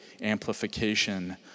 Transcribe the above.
amplification